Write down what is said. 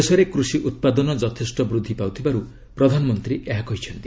ଦେଶରେ କୃଷି ଉତ୍ପାଦନ ଯଥେଷ୍ଟ ବୃଦ୍ଧି ପାଉଥିବାର୍ତ ପ୍ରଧାନମନ୍ତ୍ରୀ ଏହା କହିଛନ୍ତି